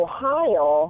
Ohio